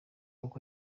uko